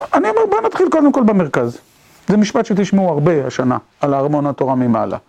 אני אומר בוא נתחיל קודם כל במרכז זה משפט שתשמעו הרבה השנה על הארמון התורה ממעלה